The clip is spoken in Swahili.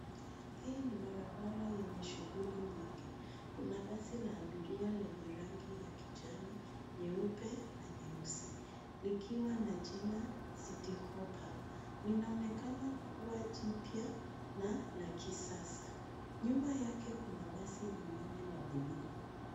Hii ni barabara yenye shughuli nyingi. Kuna basi la abiria lenye rangi ya kijani, nyeupe na nyeusi, likiwa na jina Citi hoppa . Linaonekana kuwa jipya na la kisasa. Nyuma yake kuna basi lingine la buluu.